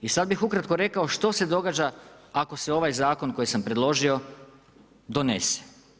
I sada bih ukratko rekao što se događa ako se ovaj zakon koji sam predložio donese.